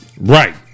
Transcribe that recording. Right